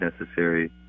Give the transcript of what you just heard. necessary